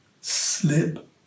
slip